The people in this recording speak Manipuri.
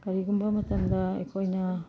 ꯀꯔꯤꯒꯨꯝꯕ ꯃꯇꯝꯗ ꯑꯩꯈꯣꯏꯅ